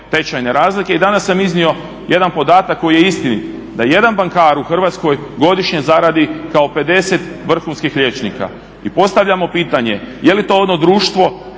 tečajne razlike. I danas sam iznio jedan podatak koji je istinit, da jedan bankar koji je u Hrvatskoj godišnje zaradi kao 50 vrhunskih liječnika. I postavljamo pitanje je li to ono društvo